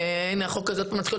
ואז נתחיל את החוק הזה מההתחלה,